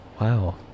wow